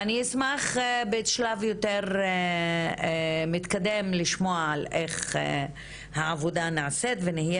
אני אשמח בשלב יותר מתקדם לשמוע על איך העבודה נעשית ונהיה